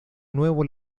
nuevo